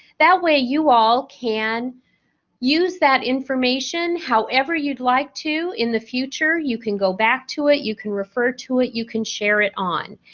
that way you all can use that information however you'd like to. in the future you can go back to it, you can refer to it, you can share it on.